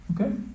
Okay